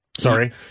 Sorry